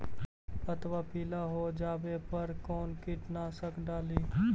पतबा पिला हो जाबे पर कौन कीटनाशक डाली?